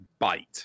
byte